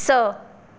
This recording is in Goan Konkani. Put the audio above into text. स